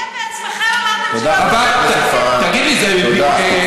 אתם בעצמכם אמרתם שלא בדקתם את זה לעומק.